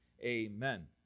Amen